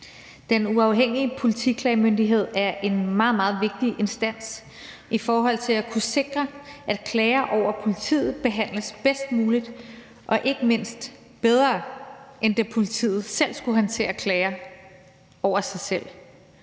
Den Uafhængige Politiklagemyndighed er en meget, meget vigtig instans i forhold til at kunne sikre, at klager over politiet behandles bedst muligt og ikke mindst bedre, end da politiet selv skulle håndtere klager over sig selv.